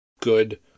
good